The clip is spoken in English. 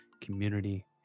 community